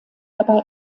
dabei